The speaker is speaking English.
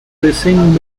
racing